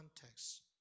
context